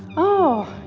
oh!